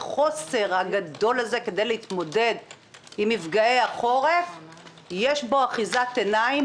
החוסר הגדול הזה כדי להתמודד עם מפגעי החורף - יש בו אחיזת עיניים,